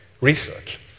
research